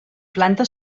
planta